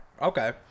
Okay